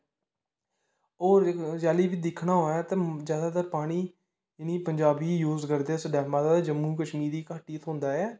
औऱ जंदू बी दिक्खना होऐ ते ज्यादातर पानी इने पजांवी यूज करदे उस डैमा दा ते जम्मू कशमीर गी घट्ट ही थ्होंदा ऐ